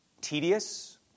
tedious